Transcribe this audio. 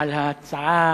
על ההצעה